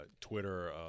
Twitter